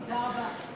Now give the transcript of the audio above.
תודה רבה.